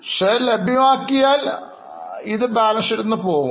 share ലഭ്യമാക്കിയാൽ ഇത് Balance Sheet നിന്നു പോകും